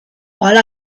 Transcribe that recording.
while